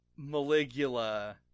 Maligula